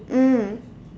mm